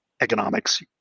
economics